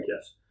yes